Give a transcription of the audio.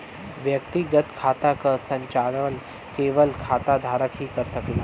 व्यक्तिगत खाता क संचालन केवल खाता धारक ही कर सकला